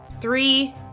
Three